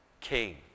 King